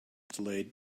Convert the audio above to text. delayed